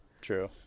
true